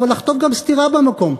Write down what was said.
אבל לחטוף גם סטירה במקום,